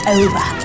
over